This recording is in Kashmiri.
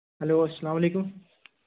ہیٚلو اسلام علیکُم